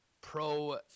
pro